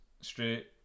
straight